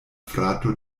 frato